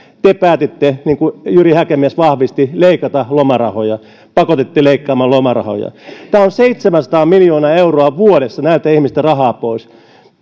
te päätitte niin kuin jyri häkämies vahvisti leikata lomarahoja pakotitte leikkaamaan lomarahoja tämä on seitsemänsataa miljoonaa euroa vuodessa näiltä ihmisiltä rahaa pois